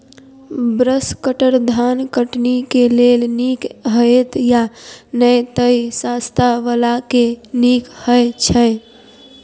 Brush cutter धान कटनी केँ लेल नीक हएत या नै तऽ सस्ता वला केँ नीक हय छै?